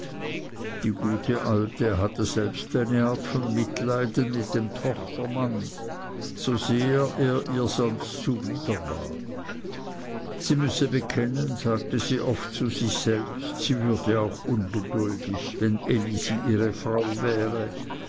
die gute alte hatte selbst eine art von mitleiden mit dem tochtermann so sehr er ihr sonst zuwider war sie müsse bekennen sagte sie oft zu sich selbst sie würde auch ungeduldig wenn elisi ihre frau wäre